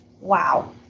wow